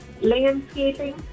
Landscaping